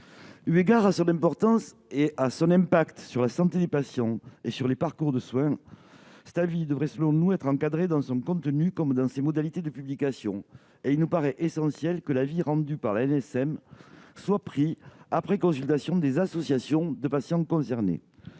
Eu égard à son importance, à son impact sur la santé des patients et les parcours de soins, cet avis devrait être encadré dans son contenu comme dans ses modalités de publication. Il est ainsi essentiel que l'avis rendu par l'ANSM soit pris après consultation des associations de patients concernées.